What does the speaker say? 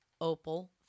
Opal